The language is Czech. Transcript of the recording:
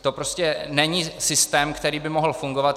To prostě není systém, který by mohl fungovat.